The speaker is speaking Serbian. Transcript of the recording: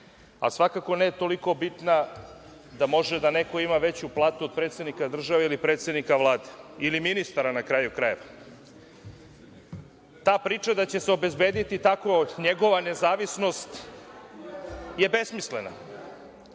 svakako ne toliko bitna da može da neko ima veću platu od predsednika države ili predsednika Vlade, ili ministara na kraju krajeva. Ta priča da će se obezbediti tako njegova nezavisnost je besmislena,